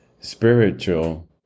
spiritual